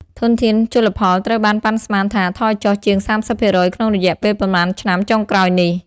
ធនធានជលផលត្រូវបានប៉ាន់ស្មានថា ថយចុះ ជាង ៣០% ក្នុងរយៈពេលប៉ុន្មានឆ្នាំចុងក្រោយនេះ។